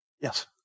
Yes